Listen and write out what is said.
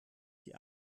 die